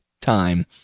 time